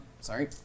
sorry